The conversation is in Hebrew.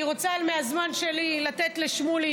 אני רוצה מהזמן שלי לתת לשמולי,